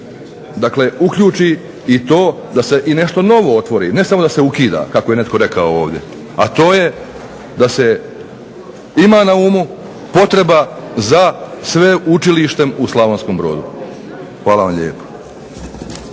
da se uključi i to da se i nešto novo otvori ne samo da se ukida kako je netko rekao ovdje. A to je da se ima na umu potreba za Sveučilištem u Slavonskom Brodu. Hvala vam lijepo.